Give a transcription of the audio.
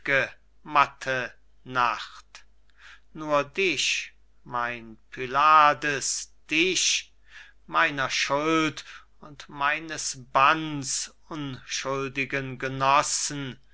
nacht nur dich mein pylades dich meiner schuld und meines banns unschuldigen genossen